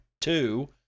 Two